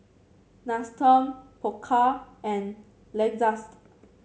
Nestum Pokka and Lexus